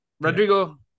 Rodrigo